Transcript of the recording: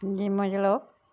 गेमां चलाओ